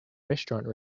restaurant